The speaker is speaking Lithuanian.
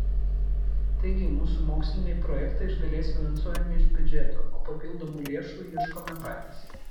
taigi mūsų moksliniai projektai iš dalies finansuojami iš biudžeto o papildomų lėšų ieškome patys